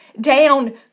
down